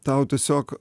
tau tiesiog